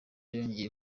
yongeye